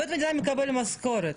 עובד מדינה מקבל משכורת,